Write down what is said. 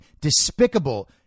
despicable